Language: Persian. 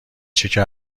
شکر